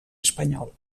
espanyol